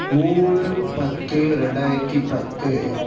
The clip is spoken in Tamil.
மூணு பத்து ரெண்டாயித்தி பத்து